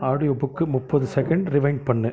audio புக்கை முப்பது second rewind பண்ணு